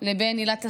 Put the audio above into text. לבין עילת הסבירות.